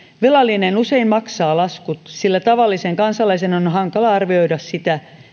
velallinen usein maksaa laskut sillä tavallisen kansalaisen on hankala arvioida sitä